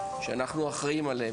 שאנחנו אחראיים עליהן,